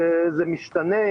זה משתנה.